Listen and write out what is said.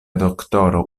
doktoro